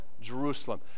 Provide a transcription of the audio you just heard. Jerusalem